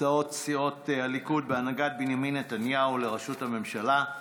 הצעות סיעות הליכוד בהנהגת בנימין נתניהו לראשות הממשלה,